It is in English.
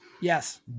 Yes